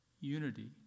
unity